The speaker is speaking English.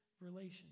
relations